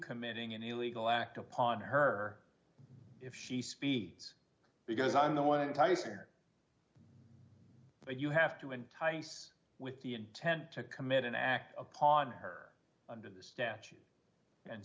committing an illegal act upon her if she speeds because i'm the one type there that you have to entice with the intent to commit an act upon her under the statute and